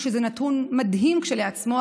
שזה נתון מדהים כשלעצמו,